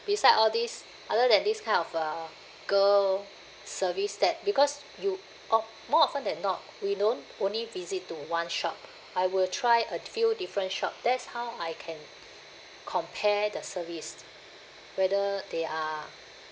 beside all these other than these kind of uh girl service that because you o~ more often than not we don't only visit to one shop I will try a few different shop that's how I can compare the service whether they are